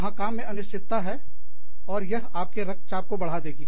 वहां काम में अनिश्चितता है और यह आपके रक्तचाप को बढ़ा देगी